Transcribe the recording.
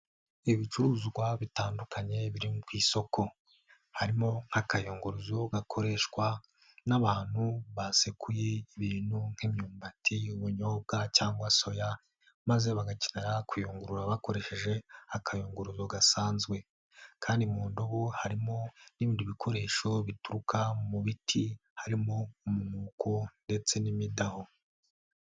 Ibicuruzwa bitandukanye biri ku isoko. Harimo nk'akayunguruzo gakoreshwa n'abantu basekuye ibintu nk'imyumbati, ubunyobwa cyangwa soya maze bagakinera kuyungurura bakoresheje akayunguru gasanzwe, kandi mu indobo harimo n'ibindi bikoresho bituruka mu biti harimo umwuko ndetse n'imidaho.